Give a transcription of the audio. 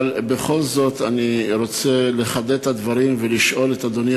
אבל בכל זאת אני רוצה לחדד את הדברים ולשאול את אדוני